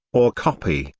or copy,